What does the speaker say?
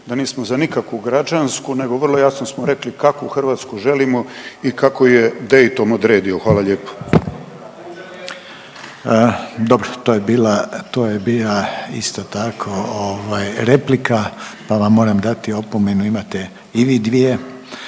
da nismo za nikakvu građansku nego vrlo jasno smo rekli kakvu Hrvatsku želimo i kako je Dayton odredio. Hvala lijepo. **Reiner, Željko (HDZ)** Dobro, to je bila, to je bila isto tako ovaj replika pa vam moram dati opomenu, imate i vi dvije.